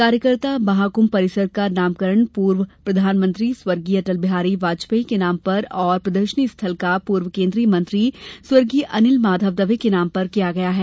कार्यकर्ता महाकृभ परिसर का नामकरण पूर्व प्रधानमंत्री स्वर्गीय अटल बिहारी वाजपेयी के नाम पर और प्रदर्शनी स्थल का पूर्व केन्द्रीय मंत्री स्वर्गीय अनील माधव दवे के नाम पर किया गया है